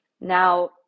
now